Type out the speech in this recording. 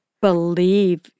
believe